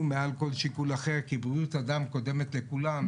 מעל כל שיקול אחר כי בריאות אדם קודמת לכולם.